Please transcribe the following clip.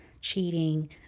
cheating